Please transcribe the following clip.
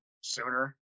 sooner